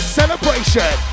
celebration